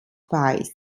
weiß